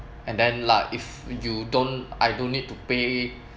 and then like if you don't I don't need to pay